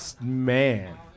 Man